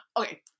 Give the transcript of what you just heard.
Okay